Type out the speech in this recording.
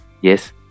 Yes